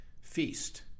feast